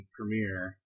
Premiere